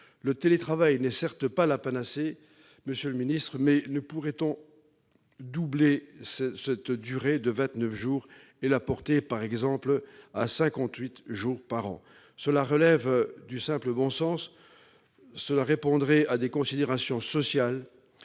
Le télétravail n'est certes pas la panacée, monsieur le secrétaire d'État, mais ne pourrait-on pas doubler cette durée de vingt-neuf jours et la porter, par exemple, à cinquante-huit jours par an ? Cela relève du simple bon sens, répondrait à des considérations sociales,